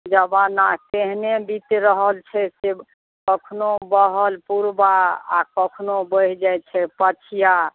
जमाना तेहने बीत रहल छै से कखनो बहल पुरबा आ कखनो बहि जाइ छै पछिआ